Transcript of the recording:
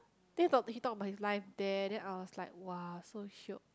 then he talk he talk about his life there then I was like !wah! so shiok